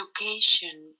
Education